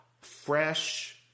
fresh